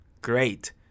Great